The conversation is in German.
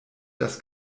das